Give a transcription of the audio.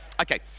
Okay